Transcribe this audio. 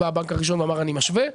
בא הבנק הראשון ואמר אני משווה.